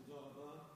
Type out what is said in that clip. תודה רבה.